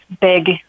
big